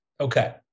Okay